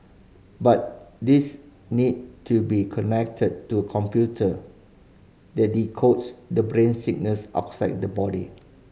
but these need to be connected to a computer that decodes the brain signals outside the body